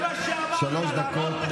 תתבייש לך.